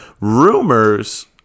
rumors